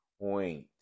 point